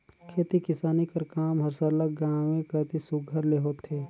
खेती किसानी कर काम हर सरलग गाँवें कती सुग्घर ले होथे